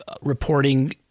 reporting